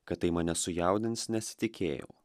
kad tai mane sujaudins nesitikėjau